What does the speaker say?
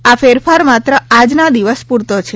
આ ફેરફાર માત્ર આજના દિવસ પૂરતો છે